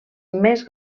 més